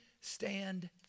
stand